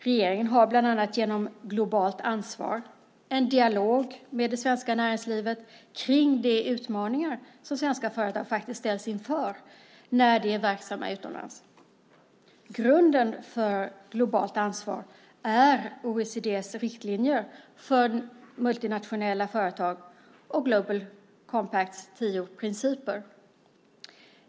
Regeringen har bland annat genom Globalt Ansvar en dialog med det svenska näringslivet kring de utmaningar som svenska företag faktiskt ställs inför när de är verksamma utomlands. Grunden för Globalt Ansvar är OECD:s riktlinjer för multinationella företag och Global Compacts tio principer.